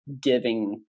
giving